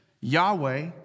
Yahweh